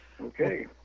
Okay